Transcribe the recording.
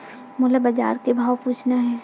मोला बजार के भाव पूछना हे?